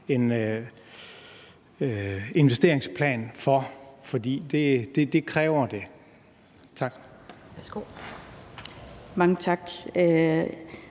en investeringsplan for? For det kræver det. Tak. Kl. 17:52